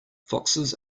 foxes